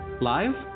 live